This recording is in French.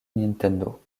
nintendo